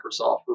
Microsoft